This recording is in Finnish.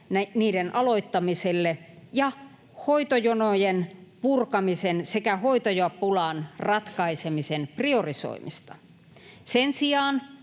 niiden aloittamiselle ja hoitojonojen purkamisen sekä hoitajapulan ratkaisemisen priorisoimista. Sen sijaan